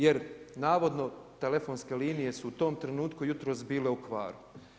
Jer navodno telefonske linije su u tom trenutku jutros bile u kvaru.